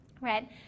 right